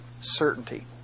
certainty